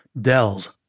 Dell's